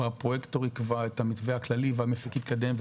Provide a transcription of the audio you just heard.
והפרויקטור יקבע את המתווה הכללי והמפיק יתקדם,